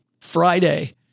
Friday